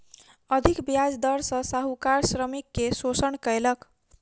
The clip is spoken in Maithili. अधिक ब्याज दर सॅ साहूकार श्रमिक के शोषण कयलक